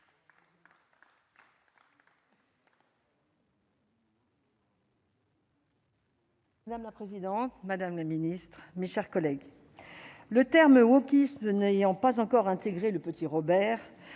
Madame la présidente, madame la Ministre, mes chers collègues, le terme wokisme n'ayant pas encore intégré le Petit Robert,